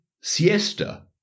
siesta